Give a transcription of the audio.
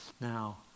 Now